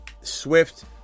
Swift